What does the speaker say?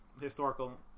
historical